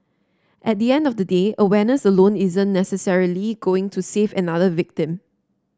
at the end of the day awareness alone isn't necessarily going to save another victim